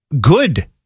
good